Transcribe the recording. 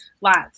lots